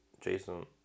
Jason